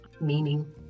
meaning